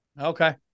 Okay